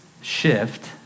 shift